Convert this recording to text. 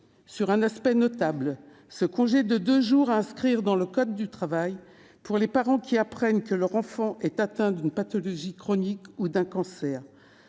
sur un aspect notable : le congé de deux jours qu'il est prévu d'inscrire dans le code du travail pour les parents qui apprennent que leur enfant est atteint d'une pathologie chronique ou d'un cancer.